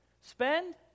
Spend